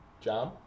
Jam